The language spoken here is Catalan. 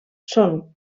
són